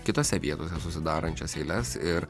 kitose vietose susidarančias eiles ir